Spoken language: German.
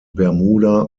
bermuda